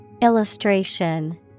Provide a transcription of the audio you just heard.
Illustration